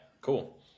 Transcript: cool